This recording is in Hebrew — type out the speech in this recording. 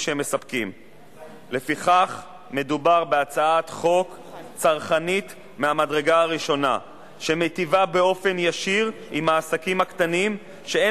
ואני